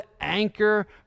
anchor